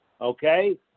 Okay